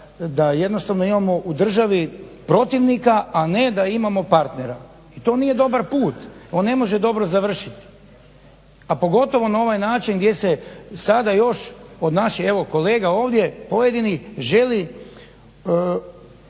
da jednostavno imamo u državi protivnika, a na da imamo partnera i to nije dobar put, on ne može dobro završiti, a pogotovo na ovaj način gdje se sada još, od naših evo kolega ovdje pojedinih želi